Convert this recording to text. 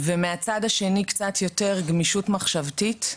ומהצד השני קצת יותר גמישות מחשבתית,